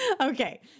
Okay